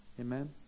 Amen